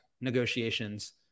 negotiations